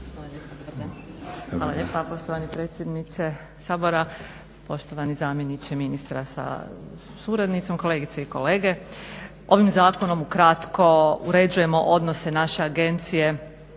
Hvala lijepa poštovani predsjedniče Sabora, poštovani zamjeniče ministra sa suradnicom, kolegice i kolege. Ovim zakonom ukratko uređujemo odnose naše agencije